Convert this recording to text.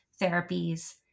therapies